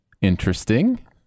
interesting